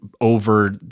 over